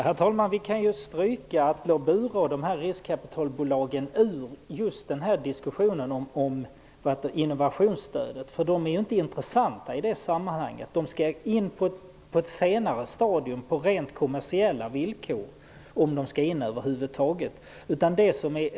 Herr talman! Vi kan stryka Atle, Bure och riskkapitalbolagen i just den här diskussionen om innovationsstöd, för de är inte intressanta i sammanhanget. De skall i stället komma in på ett senare stadium och då på rent kommersiella villkor -- om de över huvud taget skall komma in.